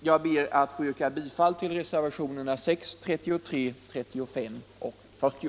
Jag ber att få yrka bifall till reservationerna 6, 33, 35 och 40.